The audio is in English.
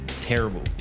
terrible